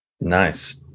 nice